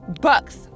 bucks